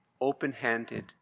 open-handed